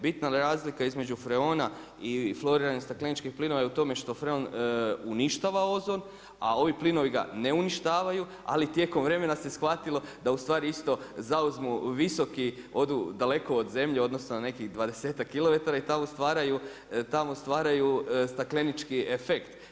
Bitna razlika između freona i floriranih stakleničkih plinova je u tome što freon uništava ozon a ovi plinovi ga ne uništavaju ali tijekom vremena se shvatilo da ustvari isto zauzmu visoki, odu daleko od zemlje, odnosno nekih 20km i tamo stvaraju staklenički efekt.